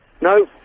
No